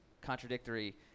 contradictory